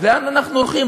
אז לאן אנחנו הולכים?